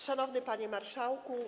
Szanowny Panie Marszałku!